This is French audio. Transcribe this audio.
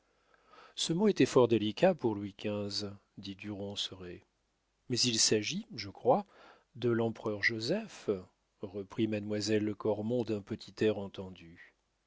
ce mot était fort délicat pour louis xv dit du ronceret mais il s'agit je crois de l'empereur joseph reprit mademoiselle cormon d'un petit air entendu